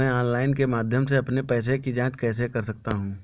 मैं ऑनलाइन के माध्यम से अपने पैसे की जाँच कैसे कर सकता हूँ?